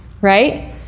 right